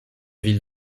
ville